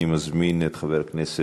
אני מזמין את חבר הכנסת